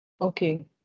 Okay